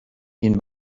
این